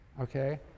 Okay